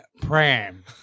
pram